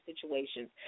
situations